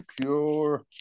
pure